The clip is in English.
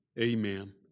Amen